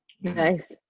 Nice